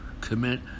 Commit